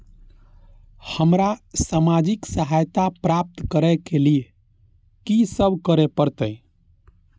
हमरा सामाजिक सहायता प्राप्त करय के लिए की सब करे परतै?